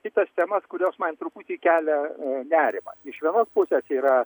kitas temas kurios man truputį kelia nerimą iš vienos pusės yra